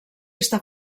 està